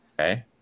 okay